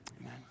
Amen